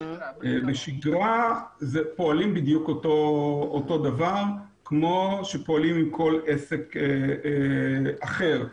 בשגרה פועלים בדיוק אותו דבר כמו שפועלים עם כל עסק אחר.